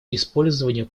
использованию